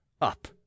up